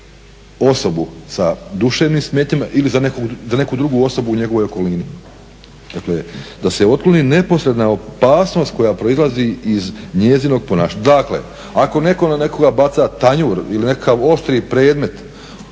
osobu sa duševnim smetnjama ili za neku drugu osobu njegovoj okolino. Dakle, da se otkloni neposredna opasnost koja proizlazi iz njezinog ponašanja. Dakle, ako neko na nekoga baca tanju ili nekakav oštri predmet,